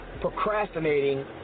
procrastinating